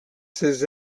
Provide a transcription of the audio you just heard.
ses